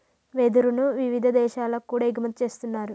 వెదురును వివిధ దేశాలకు కూడా ఎగుమతి చేస్తున్నారు